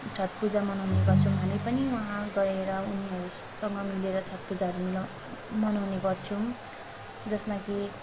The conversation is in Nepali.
छठ पूजा मनाउने गर्छौँ हामी पनि वहाँ गएर उनीहरूसँग मिलेर छठ पूजाहरू मनाउने गर्छौँ जसमा कि